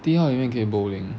T hub 里面可以 bowling